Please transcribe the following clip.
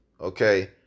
Okay